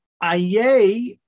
Aye